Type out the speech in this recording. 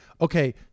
okay